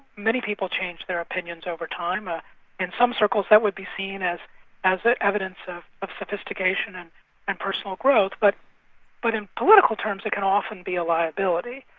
many people change their opinions over time. ah in some circles that would be seen as as evidence of of sophistication and and personal growth, but but in political terms it can often be a liability.